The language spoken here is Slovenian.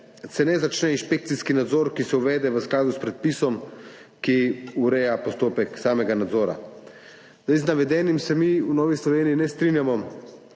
Ne začne se inšpekcijski nadzor, ki se uvede v skladu s predpisom, ki ureja postopek samega nadzora. Z navedenim se mi v Novi Sloveniji ne strinjamo,